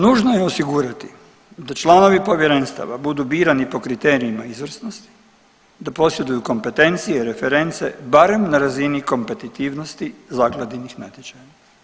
Nužno je osigurati da članovi povjerenstava budu birani po kriterijima izvrsnosti, da posjeduju kompetencije, reference barem na razini kompetitivnosti zakladinih natječaja.